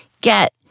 get